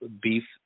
beef